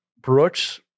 Brooks